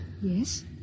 Yes